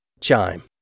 Chime